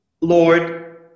Lord